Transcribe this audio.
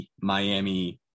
Miami